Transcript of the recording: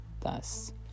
thus